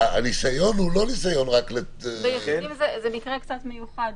זה לא ניסיון רק --- ביחידים זה מקרה קצת מיוחד.